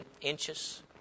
inches